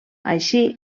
així